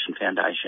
Foundation